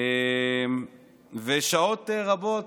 בשעות רבות,